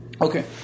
okay